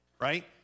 Right